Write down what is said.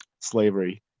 slavery